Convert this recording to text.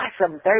awesome